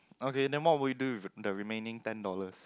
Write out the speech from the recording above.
okay never mind would you do the remaining ten dollars